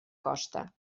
costa